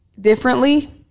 differently